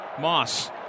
Moss